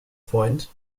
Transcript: point